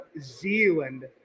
Zealand